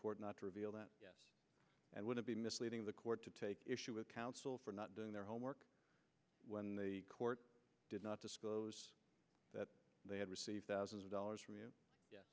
court not to reveal that and wouldn't be misleading the court to take issue with counsel for not doing their homework when the court did not disclose that they had received thousands of dollars from y